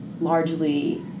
largely